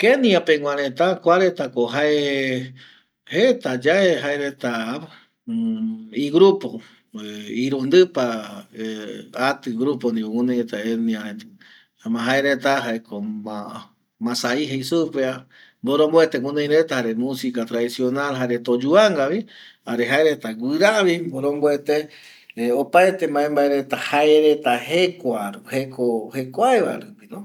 Kenia pegua reta kuaretako jae jetayae kuareta igrupo irundɨpa atɨ grupo ndipo guɨnoi reta etnia jaema jaereta jaeko masai jei supeva, mboromboete guɨnoi reta jare musika tradicional jaereta oyuvangavi jare jaereta guɨravi mboromboete opaete mbae mbae reta jaereta jekovarupino